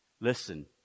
Listen